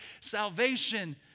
salvation